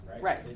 Right